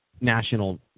national